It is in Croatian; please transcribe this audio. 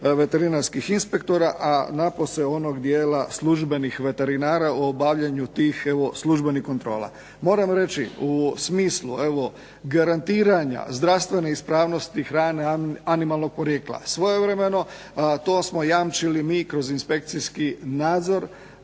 veterinarskih inspektora, a napose onog dijela službenih veterinara u obavljaju tih evo službenih kontrola. Moram reći u smislu evo garantiranja zdravstvene ispravnosti hrane animalnog porijekla, svojevremeno to smo jamčili mi kroz inspekcijski nadzor